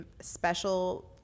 special